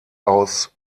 aus